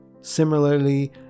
similarly